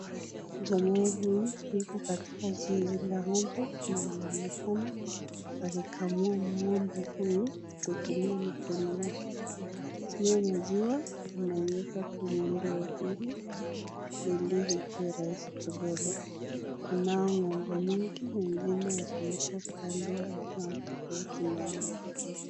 Jamaa huyu ako katika zizi la ng'ombe na anaonekana akikamua ng'ombe huyu na mikono yake. Pia maziwa anaiweka kwenye ndoo hili ili iwe rahisi kuibeba. Kunao ng'ombe mingi wengine waliokuwa kando wako tofauti na yeye.